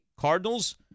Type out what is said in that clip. Cardinals